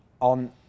On